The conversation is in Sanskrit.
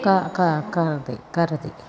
क क कति कति